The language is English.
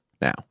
now